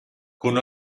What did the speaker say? con